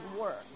work